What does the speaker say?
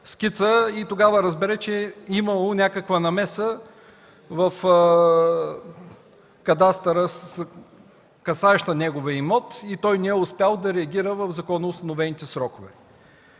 и тогава разбере, че имало някаква намеса в кадастъра, касаеща неговия имот и той не е успял да реагира в законоустановените срокове.